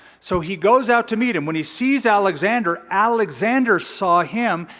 so he goes out to meet him. when he sees alexander, alexander saw him,